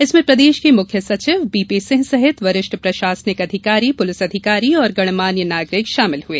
इसमें प्रदेश के मुख्य सचिव बीपी सिंह सहित वरिष्ठ प्रशासनिक अधिकारी पुलिस अधिकारी और गणमान्य नागरिक शामिल हुए